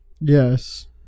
Yes